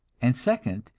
and second,